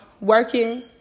working